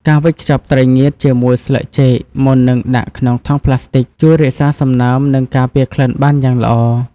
ការវេចខ្ចប់ត្រីងៀតជាមួយស្លឹកចេកមុននឹងដាក់ក្នុងថង់ប្លាស្ទិក ជួយរក្សាសំណើម និងការពារក្លិនបានយ៉ាងល្អ។